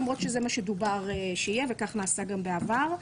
למרות שזה מה שדובר שיהיה וכך נעשה גם בעבר,